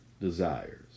desires